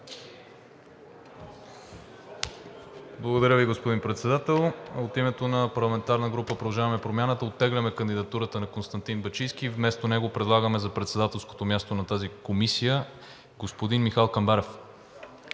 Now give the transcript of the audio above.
Благодаря Ви, господин Председател. От името на парламентарната група на „Продължаваме Промяната“ оттегляме кандидатурата на Константин Бачийски и вместо него предлагаме за председател на тази комисия господин Михал Камбарев.